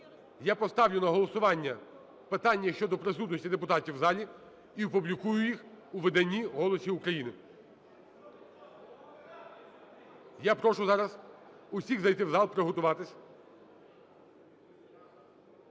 я поставлю на голосування питання щодо присутності депутатів в залі і опублікую їх у виданні "Голос України". Я прошу зараз усіх зайти в зал, приготуватися.